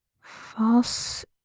false